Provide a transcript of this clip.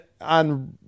on